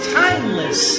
timeless